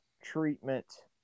treatment